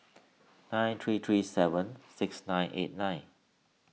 nine three three seven six nine eight nine